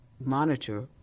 monitor